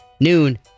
noon